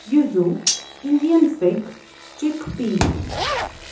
یِزو Indian fig چِک پیٖز